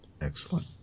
Excellent